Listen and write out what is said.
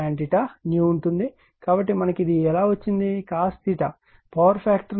కాబట్టి మనకు ఇది ఎలా వచ్చింది cos పవర్ ఫాక్టర్ ను 0